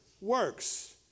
Works